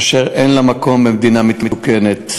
אשר אין לה מקום במדינה מתוקנת.